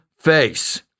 face